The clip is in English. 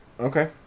okay